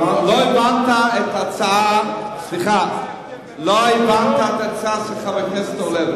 לא הבנת את הצעת החוק של חבר הכנסת אורלב.